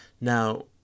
Now